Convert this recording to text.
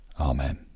Amen